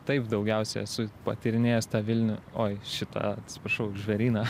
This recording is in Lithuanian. taip daugiausia esu patyrinėjęs tą vilnių oi šitą atsiprašau žvėryną